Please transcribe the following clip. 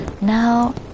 Now